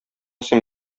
син